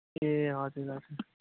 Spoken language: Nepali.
ए हजुर हजुर